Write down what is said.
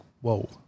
Whoa